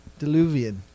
Deluvian